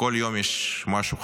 כל יום משהו חדש.